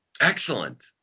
Excellent